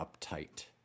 uptight